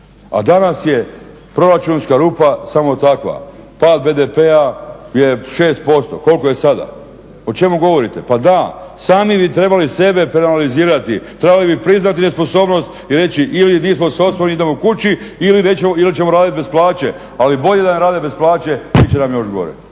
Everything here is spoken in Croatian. a danas je proračunska rupa samo takva. Pad BDP-a ja 6%, koliko je sada. O čemu govorite? Pa da, sami bi trebali sebe penalizirati, trebali bi priznati nesposobnost i reći ili nismo sposobni, idemo kući ili ćemo radit bez plaće, ali bolje da ne rade bez plaće, bit će nam još gore.